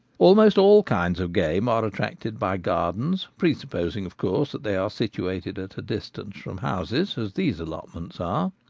almost all kinds of game are attracted by gardens, presupposing, of course, that they are situated at a distance from houses, as these allotments are.